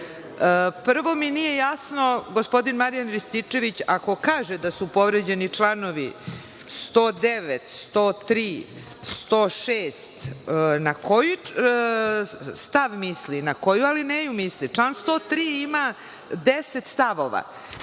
mi nije jasno, gospodin Marijan Rističević, ako kaže da su povređeni članovi 109,103, 106. na koji stav misli, na koju alineju misli. Član 103. ima 10 stavova.